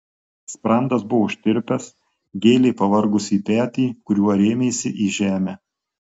sprandas buvo užtirpęs gėlė pavargusį petį kuriuo rėmėsi į žemę